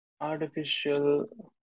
artificial